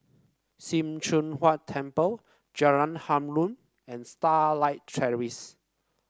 Sim Choon Huat Temple Jalan Harum and Starlight Terrace